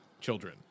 children